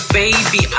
baby